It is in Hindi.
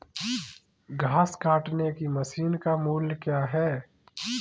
घास काटने की मशीन का मूल्य क्या है?